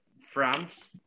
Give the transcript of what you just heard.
France